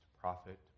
prophet